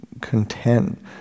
content